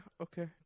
Okay